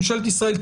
ממשלת ישראל,